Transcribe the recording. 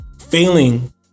failing